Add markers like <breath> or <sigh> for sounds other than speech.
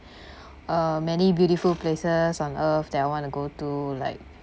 <breath> uh many beautiful places on earth that I want to go to like